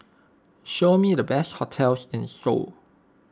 show me the best hotels in Seoul